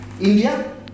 India